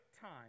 time